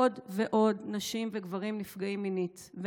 עוד ועוד נשים וגברים נפגעים מינית,